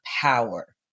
power